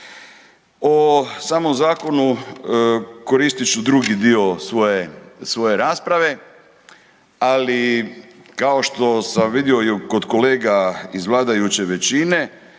O samom zakonu koristit ću drugi dio svoje, svoje rasprave, ali kao što sam vidio i kod kolega iz vladajuće većine